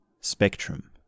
spectrum